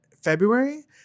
February